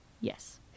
Yes